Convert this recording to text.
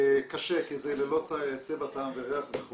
זה קשה, כי זה ללא צבע, טעם וריח.